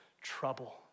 trouble